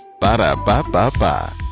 Ba-da-ba-ba-ba